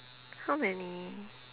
how many